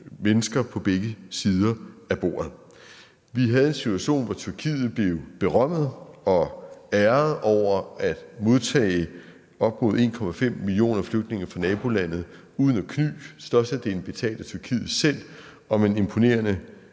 mennesker på begge sider af bordet. Vi havde en situation, hvor Tyrkiet blev berømmet og æret over at modtage op mod 1,5 millioner flygtninge fra nabolandet uden at kny. Størstedelen betalte Tyrkiet selv og med en imponerende